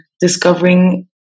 discovering